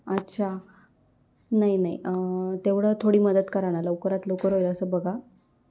अच्छा नाही नाही तेवढं थोडी मदत करा ना लवकरात लवकर होईल असं बघा